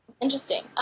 interesting